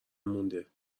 مونده